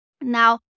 Now